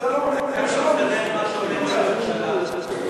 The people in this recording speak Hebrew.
עם מה שאומר ראש הממשלה?